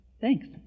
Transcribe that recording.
Thanks